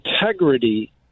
integrity